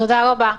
תודה רבה,